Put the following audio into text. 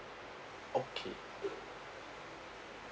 okay